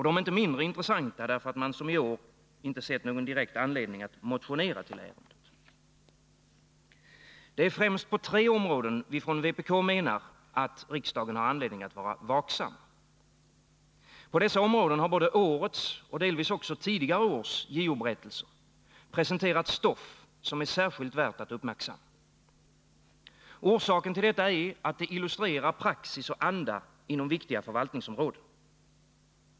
De är inte mindre intressanta därför att man, som i år, inte har sett någon direkt anledning att motionerai Nr 22 ärendet. Det är främst på tre områden vi från vpk menar att riksdagen har anledning — 12 november 1980 att vara vaksam. På dessa områden har både årets och delvis också tidigare års JO-berättelser presenterat stoff som är särskilt värt att uppmärksamma. — Justitieombuds Orsaken till detta är att det illustrerar praxis och anda inom viktiga — männens verksamförvaltningsområden.